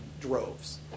droves